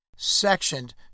sectioned